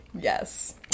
Yes